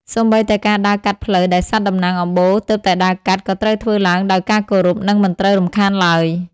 សូម្បីតែការដើរកាត់ផ្លូវដែលសត្វតំណាងអំបូរទើបតែដើរកាត់ ក៏ត្រូវធ្វើឡើងដោយការគោរព និងមិនត្រូវរំខានឡើយ។